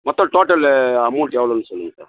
மொத்தம் total amount எவ்வளோன்னு சொல்லுங்க சார்